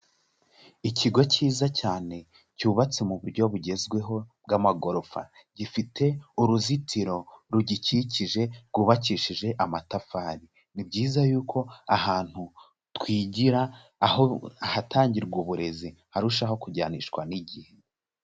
Ikigo cyiza cyane cyubatse mu buryo bugezweho bw'amagorofa, gifite uruzitiro rugikikije rwubakishije amatafari, ni byiza yuko ahantu twigira, aho ahatangirwa uburezi harushaho kujyanishwa n'igihe.